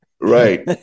right